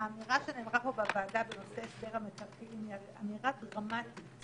האמירה שנאמרה פה בוועדה בנושא הסדר המקרקעין היא אמירה דרמטית.